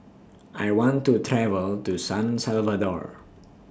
I want to travel to San Salvador